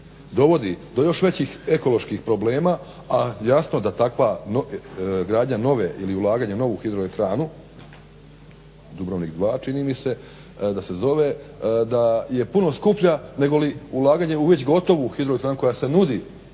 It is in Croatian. dovodi do još većih ekoloških problema a jasno da takva gradnja nove ili ulaganja u novu hidroelektranu Dubrovnik dva čini mi se da se zove je puno skuplja nego li ulaganje u već gotovu hidroelektranu koja se nudi